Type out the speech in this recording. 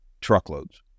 truckloads